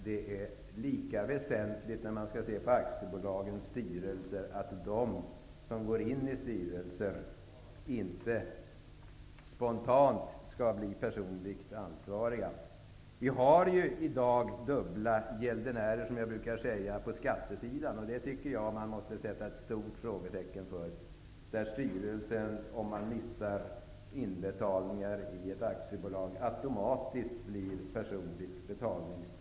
Det är väsentligt att de som går in i aktiebolagens styrelser inte spontant skall bli personligt ansvariga. Jag brukar säga att vi i dag har dubbla gäldenärer på skattesidan. Det måste man sätta ett stort frågetecken för. Styrelsen får automatiskt personligt betalningsansvar om man missar skatteinbetalningar från ett aktiebolag.